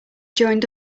joined